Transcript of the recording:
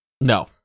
no